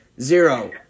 Zero